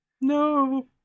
No